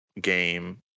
game